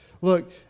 Look